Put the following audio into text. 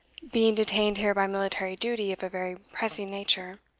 being detained here by military duty of a very pressing nature.